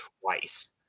twice